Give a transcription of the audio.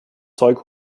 zeug